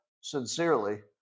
sincerely